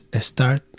Start